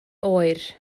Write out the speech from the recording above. oer